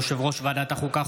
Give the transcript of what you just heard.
יושב-ראש ועדת החוקה,